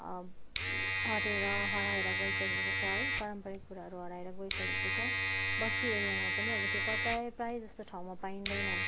हटेर हराएर गइसकेको छ है पारम्परिक कुराहरू हराएर गइसकेको छ बस्ती एरियामा पनि अब त्यो कता प्रायः जस्तो ठाउँमा पाइँदैन